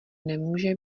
nemůže